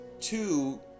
two